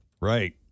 Right